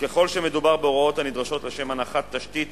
וככל שמדובר בהוראות הנדרשות לשם הנחת תשתית